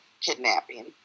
kidnapping